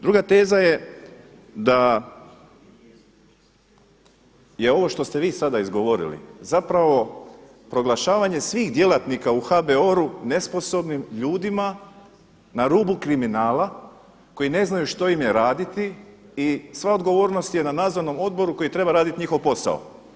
Druga teza je da je ovo što ste vi sada izgovorili zapravo proglašavanje svih djelatnika u HBOR-u nesposobnim ljudima na rubu kriminala koji ne znaju što im je raditi i sva odgovornost je na nadzornom odboru koji treba raditi njihov posao.